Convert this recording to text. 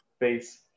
face